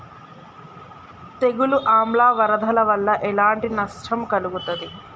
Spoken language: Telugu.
తెగులు ఆమ్ల వరదల వల్ల ఎలాంటి నష్టం కలుగుతది?